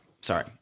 Sorry